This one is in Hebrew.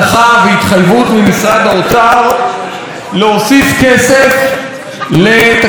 האוצר להוסיף כסף לתקציבי הקולנוע בארץ.